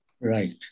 Right